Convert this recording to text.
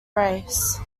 race